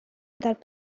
without